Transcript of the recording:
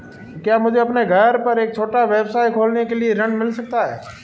क्या मुझे अपने घर पर एक छोटा व्यवसाय खोलने के लिए ऋण मिल सकता है?